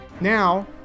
Now